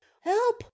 Help